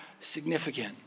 significant